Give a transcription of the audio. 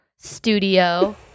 Studio